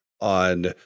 on